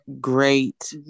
great